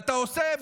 אתה עושה,